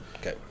Okay